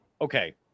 okay